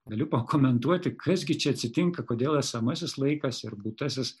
galiu pakomentuoti kas gi čia atsitinka kodėl esamasis laikas ir būtasis